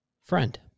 friend